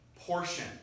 portion